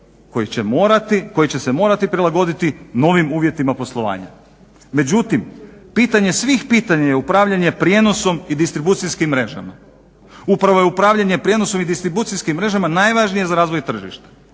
koji će morati se prilagoditi novim uvjetima poslovanja. Međutim pitanje svih pitanja je upravljanje prijenosom i distribucijskim mrežama. Upravo je upravljanje prijenosom i distribucijskim mrežama najvažnije za razvoj tržišta.